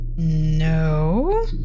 No